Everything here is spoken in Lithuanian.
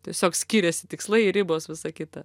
tiesiog skiriasi tikslai ribos visa kita